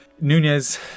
Nunez